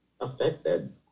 affected